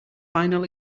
final